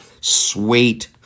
Sweet